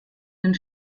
den